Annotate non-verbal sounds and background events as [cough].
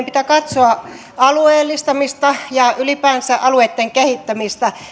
[unintelligible] pitää katsoa alueellistamista ja ylipäänsä alueitten kehittämistä